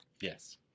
Yes